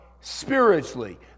spiritually